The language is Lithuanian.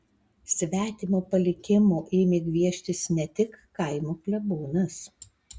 svetimo palikimo ėmė gvieštis ne tik kaimo klebonas